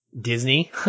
Disney